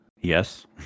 yes